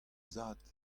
zad